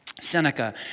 Seneca